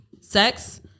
sex